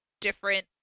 different